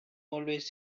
always